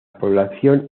población